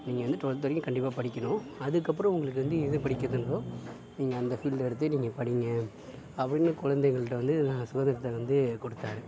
நீங்கள் வந்து ட்டுவல்த் வரைக்கும் கண்டிப்பாக படிக்கணும் அதுக்கப்புறம் உங்களுக்கு வந்து எது படிக்க தோணுதோ நீங்கள் அந்த ஃபீல்டு எடுத்து நீங்கள் படிங்க அப்படினு குழந்தைகள்ட்ட வந்து சுதந்திரத்தை வந்து கொடுத்தாரு